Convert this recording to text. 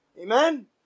Amen